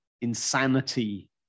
insanity